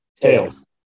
Tails